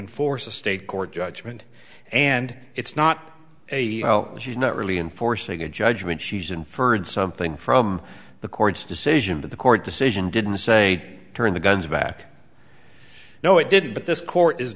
enforce a state court judgment and it's not a hell she's not really in forcing a judgment she's inferred something from the court's decision that the court decision didn't say turn the guns back no it didn't but this court is